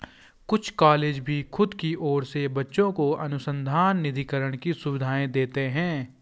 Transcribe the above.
कुछ कॉलेज भी खुद की ओर से बच्चों को अनुसंधान निधिकरण की सुविधाएं देते हैं